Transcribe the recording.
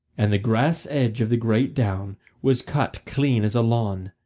and the grass-edge of the great down was cut clean as a lawn,